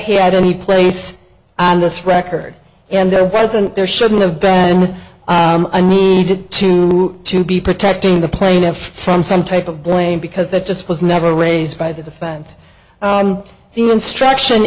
had any place on this record and there wasn't there shouldn't have been a need to to be protecting the plaintiff from some type of blame because that just was never raised by the defense instruction